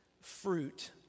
fruit